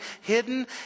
hidden